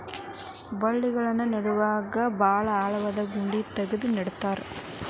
ಬಳ್ಳಿಗಳನ್ನ ನೇಡುವಾಗ ಭಾಳ ಆಳವಾಗಿ ಗುಂಡಿ ತಗದು ನೆಡತಾರ